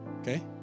Okay